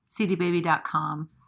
CDBaby.com